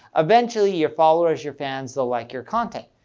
eventually your followers, your fans they'll like your content.